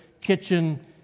kitchen